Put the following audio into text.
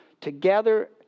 together